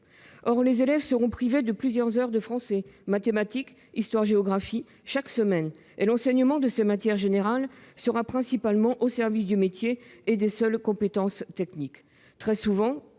Or les élèves seront privés chaque semaine de plusieurs heures de français, de mathématiques, d'histoire-géographie, et l'enseignement de ces matières générales sera principalement au service du métier et des seules compétences techniques. Très souvent,